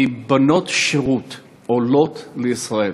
מבנות שירות שעולות לישראל.